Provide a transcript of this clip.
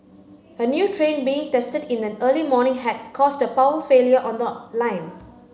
a new train being tested in the early morning had caused a power failure on the line